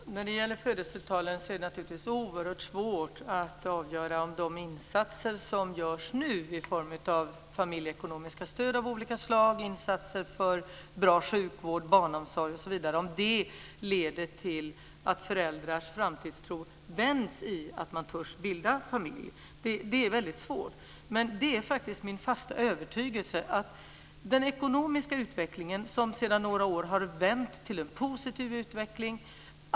Fru talman! När det gäller födelsetalen är det naturligtvis oerhört svårt att avgöra om de insatser som nu görs i form av familjeekonomiska stöd av olika slag - insatser för bra sjukvård, barnomsorg osv. - leder till att människors framtidstro vänds så att de törs bilda familj. Det är väldigt svårt att säga. Sedan några år har den ekonomiska utvecklingen vänt till en positiv utveckling.